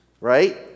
Right